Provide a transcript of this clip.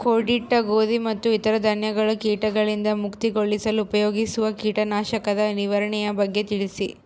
ಕೂಡಿಟ್ಟ ಗೋಧಿ ಮತ್ತು ಇತರ ಧಾನ್ಯಗಳ ಕೇಟಗಳಿಂದ ಮುಕ್ತಿಗೊಳಿಸಲು ಉಪಯೋಗಿಸುವ ಕೇಟನಾಶಕದ ನಿರ್ವಹಣೆಯ ಬಗ್ಗೆ ತಿಳಿಸಿ?